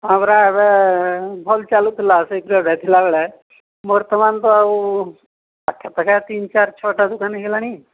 ହଁ ପରା ଏବେ ଭଲ ଚାଲୁଥିଲା ଥିଲା ବେଳେ ବର୍ତ୍ତମାନ ତ ଆଉ ପାଖା ପାଖି ତିନି ଚାରି ଛଅଟା ଦୋକାନ ହେଲାଣି